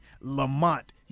Lamont